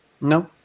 no